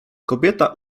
kobieta